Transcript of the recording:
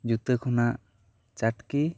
ᱡᱩᱛᱟᱹ ᱠᱷᱚᱱᱟᱜ ᱪᱟᱹᱴᱠᱤ